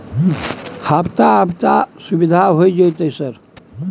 हफ्ता हफ्ता सुविधा होय जयते सर?